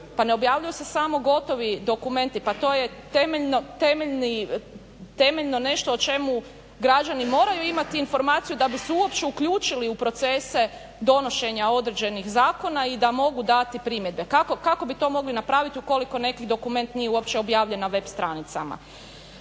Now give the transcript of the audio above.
pa ne objavljuju se samo gotovi dokumenti, pa to je temeljno nešto o čemu građani moraju imati informaciju da bi se uopće uključili u procese donošenja određenih zakona i da mogu dati primjedbe. Kako bi to mogli napraviti ukoliko neki dokument nije uopće objavljen na web stranicama.